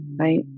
Right